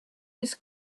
his